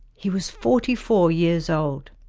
he was forty four years old.